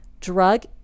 drug